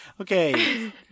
okay